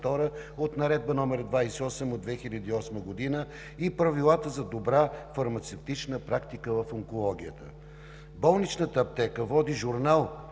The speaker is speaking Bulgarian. от Наредба № 28 от 2008 г. и правилата за добра фармацевтична практика в онкологията. Болничната аптека води журнал